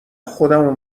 خودمو